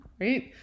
right